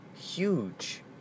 huge